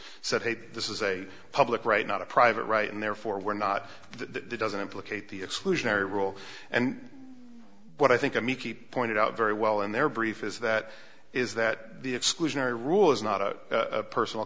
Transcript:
said hey this is a public right not a private right and therefore we're not that doesn't implicate the exclusionary rule and what i think a mickey pointed out very well in their brief is that is that the exclusionary rule is not a personal